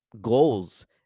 goals